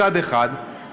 מצד אחד,